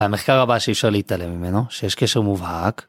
המחקר הבא שאי אפשר להתעלם ממנו, שיש קשר מובהק.